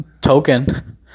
token